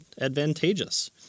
advantageous